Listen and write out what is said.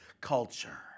culture